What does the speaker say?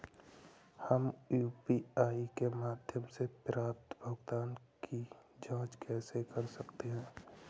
हम यू.पी.आई के माध्यम से प्राप्त भुगतान की जॉंच कैसे कर सकते हैं?